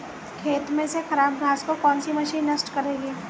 खेत में से खराब घास को कौन सी मशीन नष्ट करेगी?